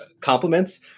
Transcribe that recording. compliments